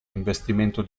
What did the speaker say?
investimento